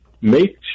make